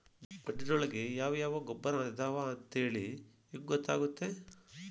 ಮಣ್ಣಿನೊಳಗೆ ಯಾವ ಯಾವ ಗೊಬ್ಬರ ಅದಾವ ಅಂತೇಳಿ ಹೆಂಗ್ ಗೊತ್ತಾಗುತ್ತೆ?